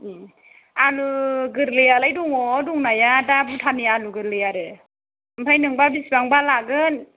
ए आलु गोरलैयालाय दङ दंनाया दा भुटाननि आलु गोरलै आरो ओमफ्राय नोंबा बिसिबांबा लागोन